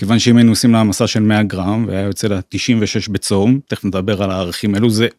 כיוון שאם היינו עושים לה העמסה של 100 גרם והיה יוצא לה 96 בצום תכף נדבר על הערכים אלו זה.